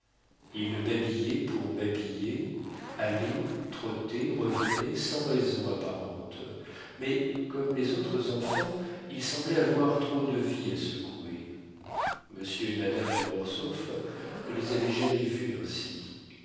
ils babillaient pour babiller allaient trottaient revenaient sans raison apparente mais comme les autres enfants ils semblaient avoir trop de vie à secouer monsieur et madame de mortsauf ne les avaient jamais vus ainsi